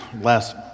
last